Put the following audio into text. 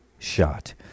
shot